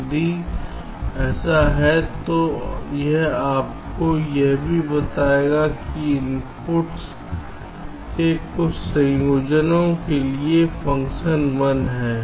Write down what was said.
यदि ऐसा है तो यह आपको यह भी बताएगा कि इनपुट्स के किस संयोजन के लिए फ़ंक्शन 1 है